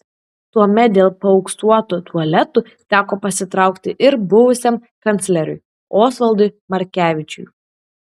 tuomet dėl paauksuotų tualetų teko pasitraukti ir buvusiam kancleriui osvaldui markevičiui